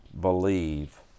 believe